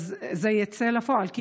אז זה יצא לפועל?